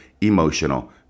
emotional